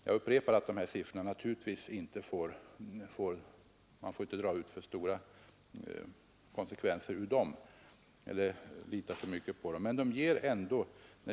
Jag upprepar att man naturligtvis inte får dra för långtgående slutsatser eller lita för mycket på dessa siffror.